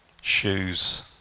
shoes